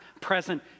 present